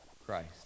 christ